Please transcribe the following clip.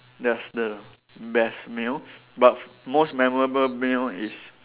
that's the best meal but most memorable meal is